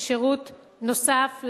כשירות נוסף,